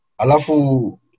Alafu